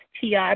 TI